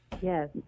Yes